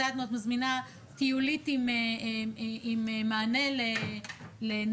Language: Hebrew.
מתי את מזמינה טיולית עם מענה לנכים?